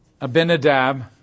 Abinadab